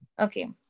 Okay